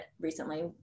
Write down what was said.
recently